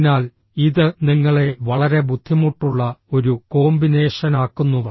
അതിനാൽ ഇത് നിങ്ങളെ വളരെ ബുദ്ധിമുട്ടുള്ള ഒരു കോമ്പിനേഷനാക്കുന്നു